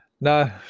No